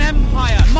Empire